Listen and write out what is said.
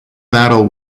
battle